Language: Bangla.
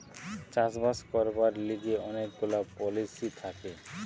চাষ বাস করবার লিগে অনেক গুলা পলিসি থাকে